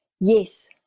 yes